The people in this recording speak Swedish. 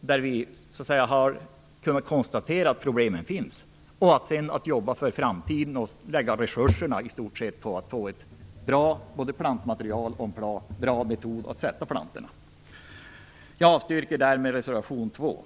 där problemen finns. Sedan skall resurserna i stort sett läggas på metoder för att få fram ett bra plantmaterial och på en bra teknik för att sätta plantorna. Jag avstyrker därmed reservation 2.